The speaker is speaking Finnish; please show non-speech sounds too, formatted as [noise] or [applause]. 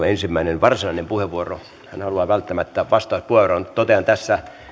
[unintelligible] ensimmäinen varsinainen puheenvuoro hän haluaa välttämättä vastauspuheenvuoron totean tässä